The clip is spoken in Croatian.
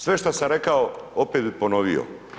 Sve šta sam rekao, opet bi ponovio.